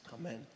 Amen